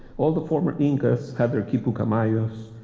all the former incas had their quipucamayos,